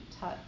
touch